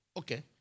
Okay